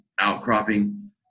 outcropping